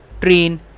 train